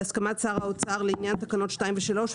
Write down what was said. בהסכמת שר האוצר לעניין תקנות 2 ו-3,